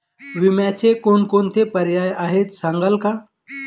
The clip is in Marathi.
विम्याचे कोणकोणते पर्याय आहेत सांगाल का?